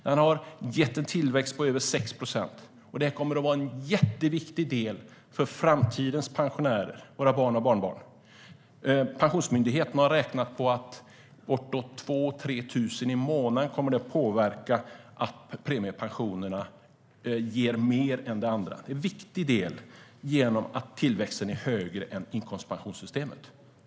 Den har gett en tillväxt på över 6 procent och kommer att vara en jätteviktig del för framtidens pensionärer, våra barn och barnbarn. Pensionsmyndigheten har räknat på att det kommer att påverka med bortåt 2 000-3 000 i månaden att premiepensionerna ger mer än det andra. Det är en viktig del genom att tillväxten är högre än i inkomstpensionssystemet.